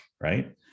right